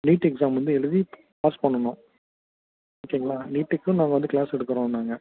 NEET exam வந்து எழுதி pass பண்ணணும் ஓகேங்களா நீட்டுக்கும் நாங்கள் வந்து க்ளாஸ் எடுக்கிறோம் நாங்கள்